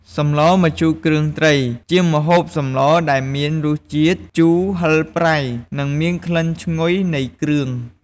សម្លម្ជូរគ្រឿងត្រី ជាម្ហូបសម្លដែលមានរសជាតិជូរ ហឹរ ប្រៃ និងមានក្លិនឈ្ងុយនៃគ្រឿង។